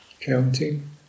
counting